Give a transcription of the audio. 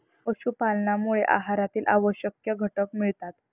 पशुपालनामुळे आहारातील आवश्यक घटक मिळतात